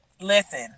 Listen